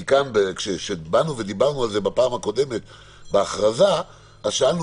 כי כשדיברנו על זה בפעם הקודמת בהכרזה שאלנו